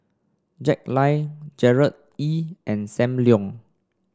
Jack Lai Gerard Ee and Sam Leong